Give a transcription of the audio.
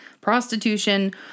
prostitution